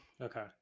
Okay